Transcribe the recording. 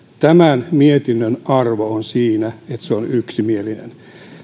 tämän mietinnön arvo on siinä että se on yksimielinen